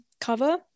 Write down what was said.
cover